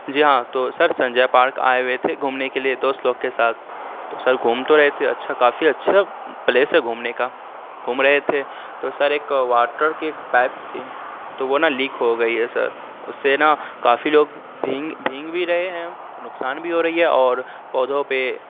جی ہاں تو sir Sanjay park آئے ہوئے تھے گھومنے کے لیے دوست لوگ کے ساتھ تو سر گھوم تو رہے تھے اچھا کافی اچھا پلیس ہے گھومنے کا گھوم رہے تھے تو سر ایک واٹر کی پائپ تھی تو وہ نا لیک ہو گئی ہے سر اس سے نا کافی لوگ بھیگ بھیگ بھی رہے ہیں نقصان بھی ہو رہی ہے اور پودوں پہ